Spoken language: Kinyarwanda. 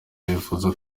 wifuza